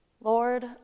Lord